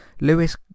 Lewis